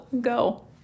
go